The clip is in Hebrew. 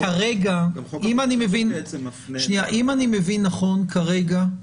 אם אני מבין נכון כרגע,